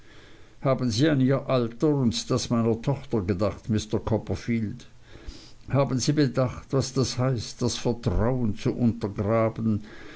haben sie an ihr alter und das meiner tochter gedacht mr copperfield haben sie bedacht was das heißt das vertrauen zu untergraben